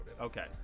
Okay